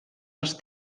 els